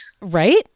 Right